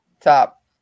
Top